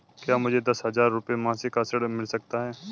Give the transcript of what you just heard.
क्या मुझे दस हजार रुपये मासिक का ऋण मिल सकता है?